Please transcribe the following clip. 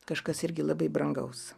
kažkas irgi labai brangaus